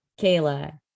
kayla